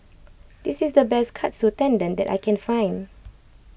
this is the best Katsu Tendon that I can find